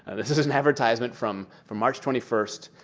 and this this is an advertisement from from march twenty first,